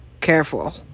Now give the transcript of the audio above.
Careful